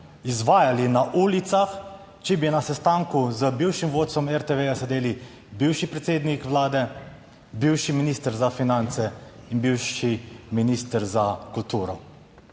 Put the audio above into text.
izvajali na ulicah, če bi na sestanku z bivšim vodstvom RTV ja sedeli bivši predsednik Vlade, bivši minister za finance in bivši minister za kulturo.